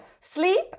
Sleep